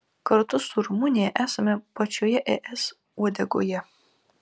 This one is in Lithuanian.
kartu su rumunija esame pačioje es uodegoje